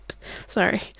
Sorry